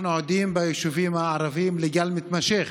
ביישובים הערביים אנחנו עדים לגל מתמשך